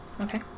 okay